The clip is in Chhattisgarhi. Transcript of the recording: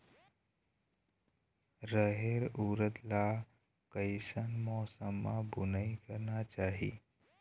रहेर उरद ला कैसन मौसम मा बुनई करना चाही?